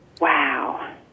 Wow